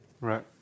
Right